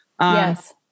yes